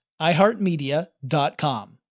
iheartmedia.com